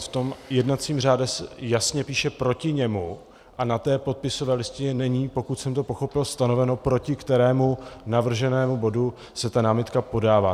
V tom jednacím řádu se jasně píše proti němu, a na té podpisové listině není, pokud jsem to pochopil, stanoveno, proti kterému navrženému bodu se ta námitka podává.